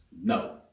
No